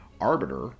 arbiter